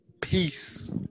peace